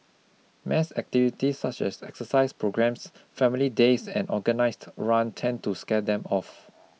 mass activities such as exercise programmes family days and organised run tend to scare them off